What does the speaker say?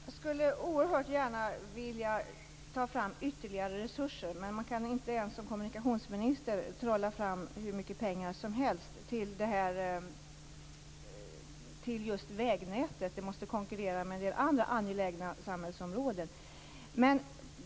Fru talman! Jag skulle oerhört gärna vilja ta fram ytterligare resurser, men inte ens en kommunikationsminister kan trolla fram hur mycket pengar som helst till just vägnätet. Det måste konkurrera med en del andra angelägna samhällsområden.